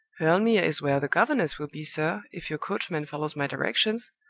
hurle mere is where the governess will be, sir, if your coachman follows my directions,